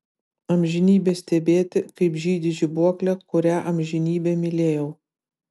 amžinybę stebėti kaip žydi žibuoklė kurią amžinybę mylėjau